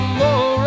more